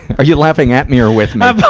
are you laughing at me or with me?